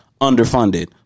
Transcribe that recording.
underfunded